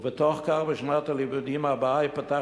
ובתוך כך בשנת הלימודים הבאה ייפתח